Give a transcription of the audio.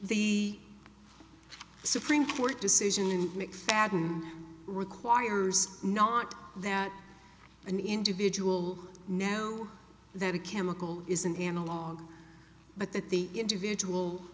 the supreme court decision mcfadden requires not that an individual know that a chemical is an analog but that the individual